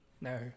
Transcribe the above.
No